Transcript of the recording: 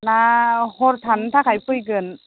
ना हर थानो थाखाय फैगोन